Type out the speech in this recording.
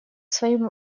своим